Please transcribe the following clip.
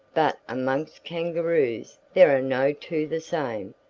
but amongst kangaroos there are no two the same,